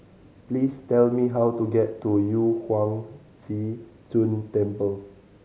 please tell me how to get to Yu Huang Zhi Zun Temple